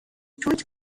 detroit